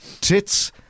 tits